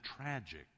tragic